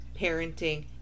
parenting